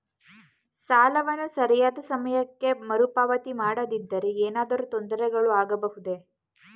ಸಾಲವನ್ನು ಸರಿಯಾದ ಸಮಯಕ್ಕೆ ಮರುಪಾವತಿ ಮಾಡದಿದ್ದರೆ ಏನಾದರೂ ತೊಂದರೆಗಳು ಆಗಬಹುದೇ?